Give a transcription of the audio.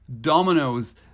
dominoes